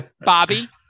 Bobby